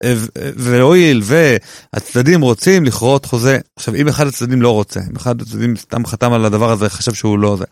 והואיל והצדדים רוצים לכרות חוזה, עכשיו אם אחד הצדדים לא רוצה, אם אחד הצדדים סתם חתם על הדבר הזה חשב שהוא לא זה.